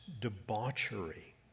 debauchery